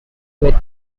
with